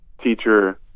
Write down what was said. teacher